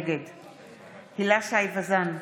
נגד הילה שי וזאן,